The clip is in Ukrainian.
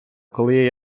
коли